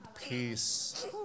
Peace